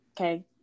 Okay